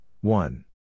one